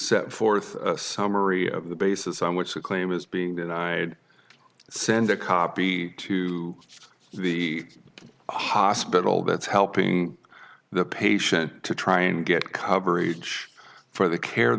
set forth a summary of the basis on which the claim is being denied send a copy to the hospital that's helping the patient to try and get coverage for the care